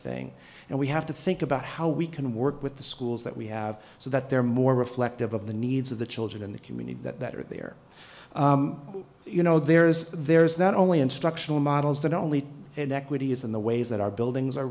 thing and we have to think about how we can work with the schools that we have so that they're more reflective of the needs of the children in the community that are there you know there's there's not only instructional models that only inequities in the ways that our buildings are